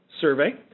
survey